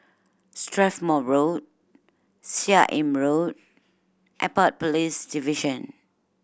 Strathmore Road Seah Im Road Airport Police Division